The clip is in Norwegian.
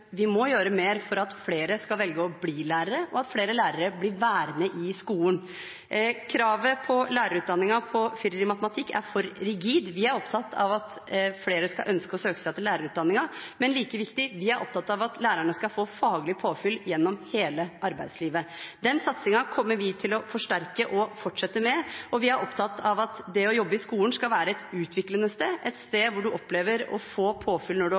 vi må gjøre mer for at flere skal velge å bli lærere, og for at flere lærere blir værende i skolen. Kravet i lærerutdanningen på firer i matematikk er for rigid. Vi er opptatt av at flere skal ønske å søke seg til lærerutdanningen, men like viktig: Vi er opptatt av at lærerne skal få faglig påfyll gjennom hele arbeidslivet. Den satsingen kommer vi til å forsterke og fortsette med. Vi er opptatt av at det å jobbe i skolen skal være å jobbe på et utviklende sted, et sted hvor du opplever å få påfyll når du